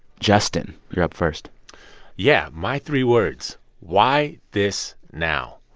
justin, you're up first yeah, my three words why this now?